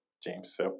James